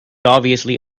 obviously